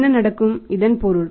என்ன நடக்கும் இதன் பொருள்